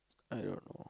I don't know